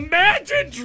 Imagine